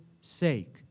sake